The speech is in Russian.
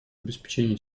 обеспечению